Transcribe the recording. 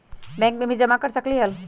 Bank में भी जमा कर सकलीहल?